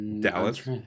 Dallas